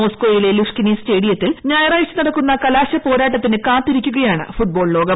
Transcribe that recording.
മോസ്കോയിലെ ലുഷ്സ്ട്കി സ്റ്റേഡിയത്തിൽ ഞായറാഴ്ച നടക്കുന്ന കലാശപോരാട്ടത്തിന് കാത്തിരിക്കുകയാണ് ഫുട്ട്ബോൾ ലോകം